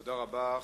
תודה רבה.